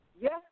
yes